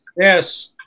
Yes